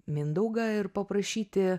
mindaugą ir paprašyti